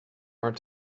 art